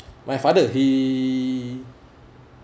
my father he